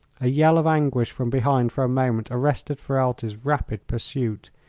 a yell of anguish from behind for a moment arrested ferralti's rapid pursuit.